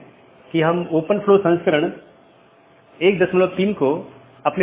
संदेश भेजे जाने के बाद BGP ट्रांसपोर्ट कनेक्शन बंद हो जाता है